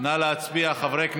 נא להצביע, חברי הכנסת.